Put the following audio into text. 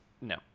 no